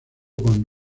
con